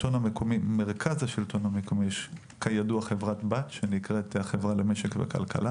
למרכז השלטון המקומי יש חברת בת שנקראת "החברה למשק וכלכלה".